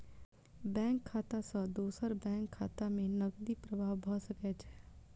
bank खाता सॅ दोसर बैंक खाता में नकदी प्रवाह भ सकै छै